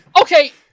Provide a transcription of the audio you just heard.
Okay